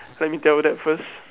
let me tell you that first